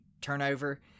turnover